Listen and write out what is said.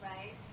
Right